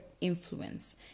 influence